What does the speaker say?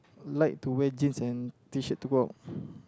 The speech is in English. like to wear jeans and t-shirt to go out